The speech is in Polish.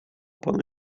panu